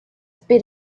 spit